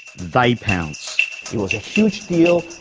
they pounce. it was a huge deal,